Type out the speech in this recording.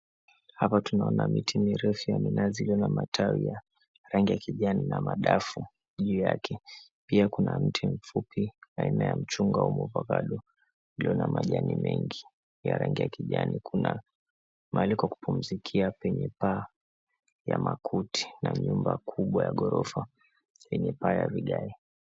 Hapa tunaona miti mirefu ya minazi iliyo na matawi ya rangi ya kijani na madafu juu yake. Pia kina mti mfupi aina ya mchungwa au mu avocado ulio na majani mengi ya rangi ya kijani. Kuna mahali kwa kupumzikia penye paa ya makuti na nyumba kubwa ya ghorofa yenye paa ya vigae.